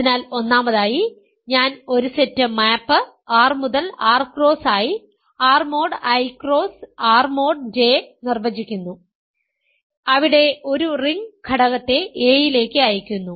അതിനാൽ ഒന്നാമതായി ഞാൻ ഒരു സെറ്റ് മാപ് R മുതൽ R cross I R mod I cross R mod J നിർവചിക്കുന്നു അവിടെ ഒരു റിംഗ് ഘടകത്തെ a യിലേക്ക് അയയ്ക്കുന്നു